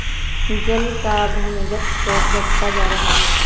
जल का भूमिगत स्रोत घटता जा रहा है